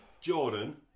Jordan